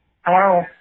Hello